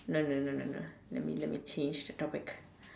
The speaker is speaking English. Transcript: no no no no no let me let me change the topic